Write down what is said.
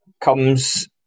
comes